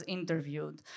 interviewed